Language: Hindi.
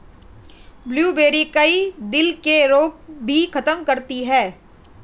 ब्लूबेरी, कई दिल के रोग भी खत्म करती है